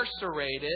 incarcerated